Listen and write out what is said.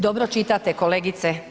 Dobro čitate kolegice.